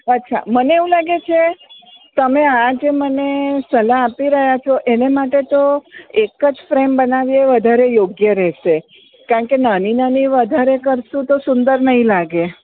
અચ્છા મને એવું લાગે છે તમે આ જે મને સલાહ આપી રહ્યાં છો એને માટે તો એક જ ફ્રેમ બનાવીએ એ યોગ્ય રહેશે કારણ કે નાની નાની વધારે કરશો તો સુંદર નહીં લાગે